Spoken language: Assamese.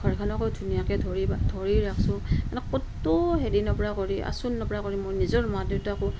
ঘৰখনকো ধুনীয়াকৈ ধৰি ধৰি ৰাখিছোঁ মানে ক'তো হেৰি নকৰা কৰি আঁচোৰ নকৰা কৰি মোৰ নিজৰ মা দেউতাকো